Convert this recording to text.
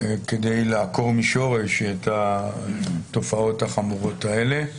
כדי לעקור מהשורש את התופעות החמורות האלה.